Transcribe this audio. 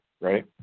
Right